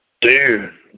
Dude